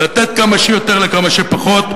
לתת כמה שיותר לכמה שפחות,